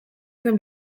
zen